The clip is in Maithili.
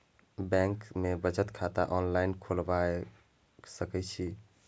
बैंक में बचत खाता ऑनलाईन खोलबाए सके छी?